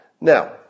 Now